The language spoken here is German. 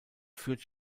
führt